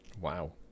Wow